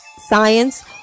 science